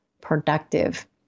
productive